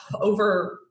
over